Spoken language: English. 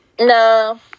No